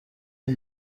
این